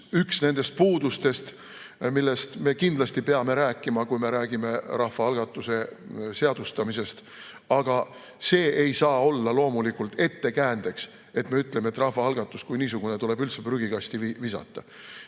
üks nendest puudustest, millest me kindlasti peame rääkima, kui me räägime rahvaalgatuse seadustamisest. Aga see ei saa olla loomulikult ettekäändeks, et me ütleme, et rahvaalgatus kui niisugune tuleb üldse prügikasti visata.